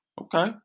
Okay